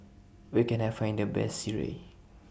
Where Can I Find The Best Sireh